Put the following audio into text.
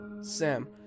Sam